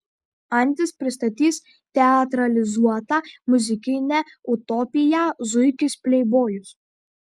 antis pristatys teatralizuotą muzikinę utopiją zuikis pleibojus